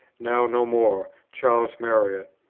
now no more, charles marriott.